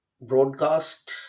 broadcast